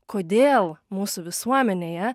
kodėl mūsų visuomenėje